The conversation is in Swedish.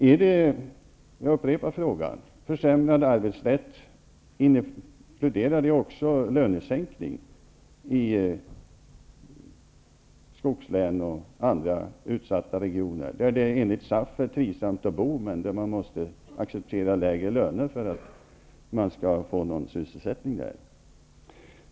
Jag upprepar min fråga: Inkluderar en försämrad arbetsrätt en lönesänkning i skogslänen och andra utsatta regioner, där det enligt SAF är trivsamt att bo men där man måste acceptera lägre löner för att få någon sysselsättning?